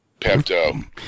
Pepto